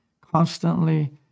constantly